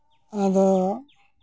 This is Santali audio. ᱟᱫᱚ